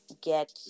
get